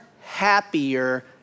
happier